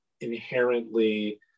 inherently